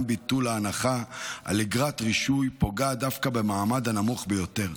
גם ביטול ההנחה על אגרת רישוי פוגע דווקא במעמד הנמוך ביותר,